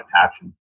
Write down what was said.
passion